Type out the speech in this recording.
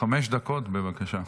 חמש דקות, בבקשה.